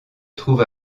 trouve